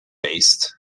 based